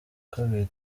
kabiri